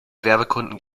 werbekunden